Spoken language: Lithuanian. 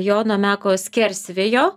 jono meko skersvėjo